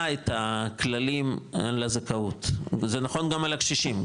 את הכללים על הזכאות וזה נכון גם על הקשישים,